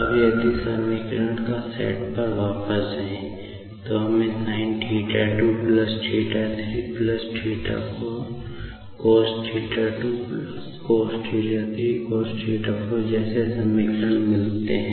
अब यदि हम समीकरण के सेट पर वापस जाते हैं तो हमें कुछ sin जैसे समीकरण मिलते हैं